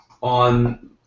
on